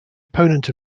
opponent